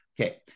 Okay